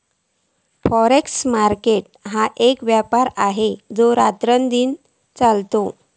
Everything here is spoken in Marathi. फॉरेक्स मार्केट ह्यो एक व्यापार आसा जो रातदिन चलता